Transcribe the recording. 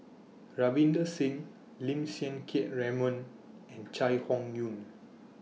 Ravinder Singh Lim Siang Keat Raymond and Chai Hon Yoong